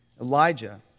Elijah